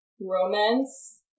Romance